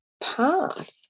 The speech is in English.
path